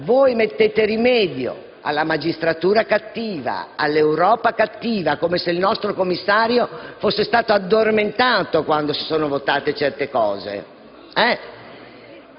mettete rimedio alla magistratura cattiva, all'Europa cattiva (come se il nostro Commissario fosse stato addormentato quando si sono votate certe cose) che